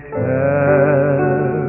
tell